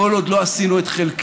כל עוד לא עשינו את חלקנו,